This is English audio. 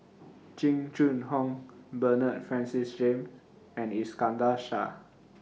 Jing Jun Hong Bernard Francis James and Iskandar Shah